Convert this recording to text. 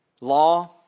Law